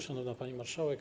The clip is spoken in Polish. Szanowna Pani Marszałek!